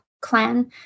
clan